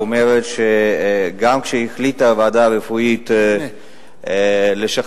אומרת שגם כשהחליטה הוועדה הרפואית לשחרר